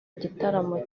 igitaramo